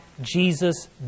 Jesus